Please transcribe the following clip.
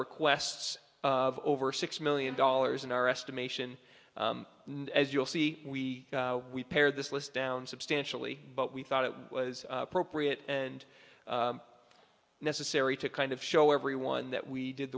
requests of over six million dollars in our estimation as you'll see we we paired this list down substantially but we thought it was appropriate and necessary to kind of show everyone that we did